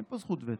אין פה זכות וטו,